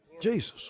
Jesus